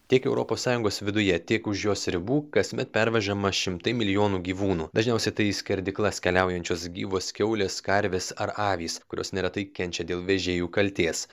tiek europos sąjungos viduje tiek už jos ribų kasmet pervežama šimtai milijonų gyvūnų dažniausiai tai į skerdyklas keliaujančios gyvos kiaulės karvės ar avys kurios neretai kenčia dėl vežėjų kaltės